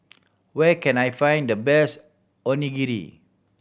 where can I find the best Onigiri